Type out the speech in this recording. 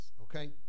Okay